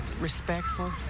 respectful